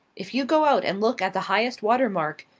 if you go out and look at the highest water mark,